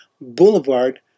boulevard